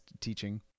teaching